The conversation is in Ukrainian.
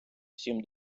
всім